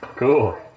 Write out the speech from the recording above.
Cool